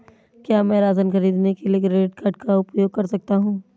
क्या मैं राशन खरीदने के लिए क्रेडिट कार्ड का उपयोग कर सकता हूँ?